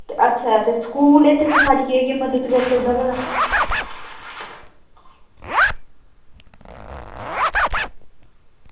अच्छा ते स्कूल एह्दे च साढ़ी केह् केह् मदद करी सकदा भला